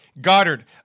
Goddard